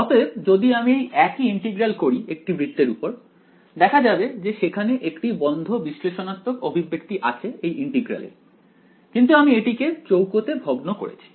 অতএব যদি আমি এই একই ইন্টিগ্রাল করি একটি বৃত্তের উপর দেখা যাবে যে সেখানে একটি বন্ধ বিশ্লেষণাত্মক অভিব্যক্তি আছে এই ইন্টিগ্রাল এর কিন্তু আমি এটিকে চৌকোতে ভগ্ন করেছি